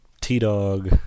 T-Dog